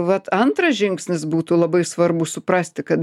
vat antras žingsnis būtų labai svarbu suprasti kad